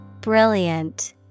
Brilliant